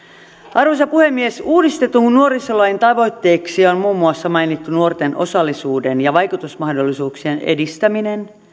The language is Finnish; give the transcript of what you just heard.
arvoisa puhemies uudistetun nuorisolain tavoitteeksi on muun muassa mainittu nuorten osallisuuden ja vaikutusmahdollisuuksien edistäminen